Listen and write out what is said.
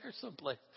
someplace